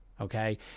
Okay